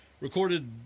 recorded